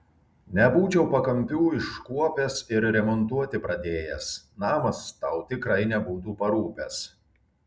nebūčiau pakampių iškuopęs ir remontuoti pradėjęs namas tau tikrai nebūtų parūpęs